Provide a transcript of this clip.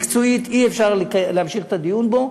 מקצועית אי-אפשר להמשיך את הדיון בו,